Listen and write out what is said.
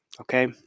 Okay